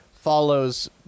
follows